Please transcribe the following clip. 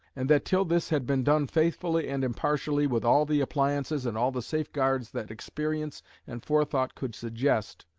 and that till this had been done faithfully and impartially, with all the appliances and all the safeguards that experience and forethought could suggest,